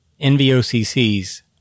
NVOCCs